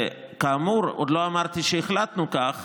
וכאמור, עוד לא אמרתי שהחלטנו כך.